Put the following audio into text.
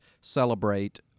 celebrate